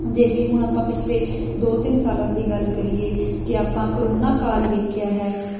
ਜਿਵੇਂ ਹੁਣ ਆਪਾਂ ਪਿਛਲੇ ਦੋ ਤਿੰਨ ਸਾਲਾਂ ਦੀ ਗੱਲ ਕਰੀਏ ਕਿ ਆਪਾਂ ਕਰੋਨਾ ਕਾਲ ਵੇਖਿਆ ਹੈ